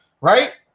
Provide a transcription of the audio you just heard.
right